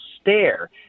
stare